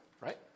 right